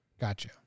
Gotcha